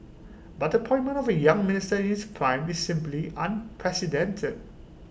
but the appointment of A young minister in his prime is simply unprecedented